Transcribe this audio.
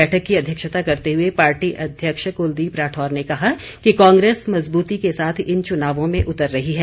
बैठक की अध्यक्षता करते हुए पार्टी अध्यक्ष क्लदीप राठौर ने कहा कि कांग्रेस मजबूती के साथ इन चुनावों में उतर रही है